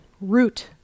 root